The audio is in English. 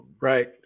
Right